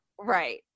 right